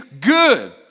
good